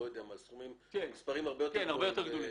למספרים הרבה יותר גבוהים.